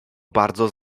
bardzo